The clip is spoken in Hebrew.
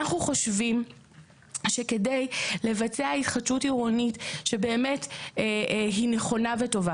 אנחנו חושבים שכדי לבצע התחדשות עירונית שבאמת היא נכונה וטובה